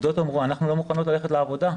עובדות אמרו שהן לא מוכנות ללכת לעבודה.